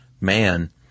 man